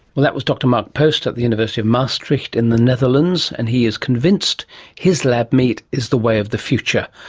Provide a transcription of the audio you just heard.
that was dr mark post at the university of maastricht in the netherlands, and he is convinced his lab meat is the way of the future,